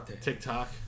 TikTok